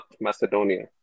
Macedonia